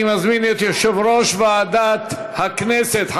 אני מזמין את יושב-ראש ועדת הכנסת,